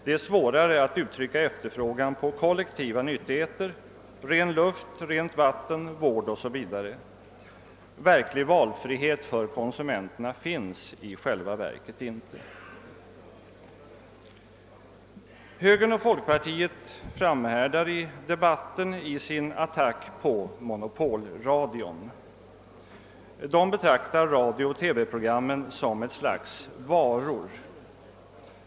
Det är svårare att uttrycka efterfrågan på kollektiva nyttigheter, såsom ren luft, rent vatten, vård o.s.v. Verklig valfrihet för konsumenterna finns i själva verket inte. Högern och folkpartiet framhärdar i debatten i sin attack på monopolradion. De betraktar radiooch TV-programmen som ett slags varor.